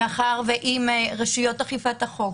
היא חשובה גם כי אם רשויות אכיפת החוק